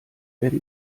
werde